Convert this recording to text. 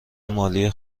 مالی